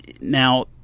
Now